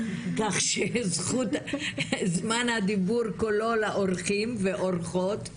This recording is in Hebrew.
כך שזמן הדיבור כולו לאורחים ואורחות.